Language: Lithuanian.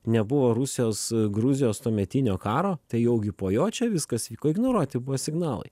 nebuvo rusijos gruzijos tuometinio karo tai jau gi po jo čia viskas vyko ignoruoti buvo signalai